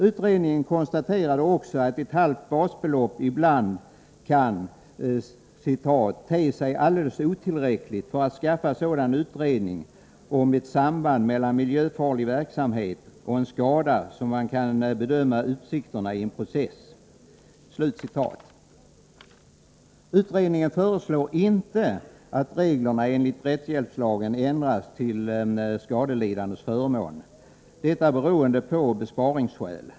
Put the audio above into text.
Utredningen konstaterar också att ett halvt basbelopp ibland kan ”te sig alldeles otillräckligt för att skaffa sådan utredning om ett samband mellan miljöfarlig verksamhet och en skada att man kan bedöma utsikterna i en process”. Utredningen föreslår inte att reglerna enligt rättshjälpslagen ändras till skadelidandes förmån — detta av besparingsskäl.